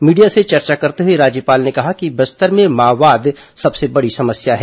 media से चर्चा करते हुए राज्यपाल ने कहा कि बस्तर में माओवाद सबसे बड़ी समस्या है